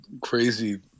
crazy